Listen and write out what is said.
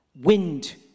Wind